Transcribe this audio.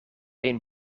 een